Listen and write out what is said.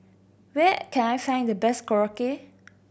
where can I find the best Korokke